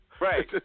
Right